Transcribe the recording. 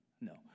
No